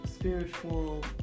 spiritual